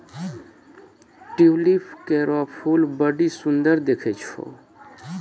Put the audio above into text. tulip केरो फूल बड्डी सुंदर दिखै छै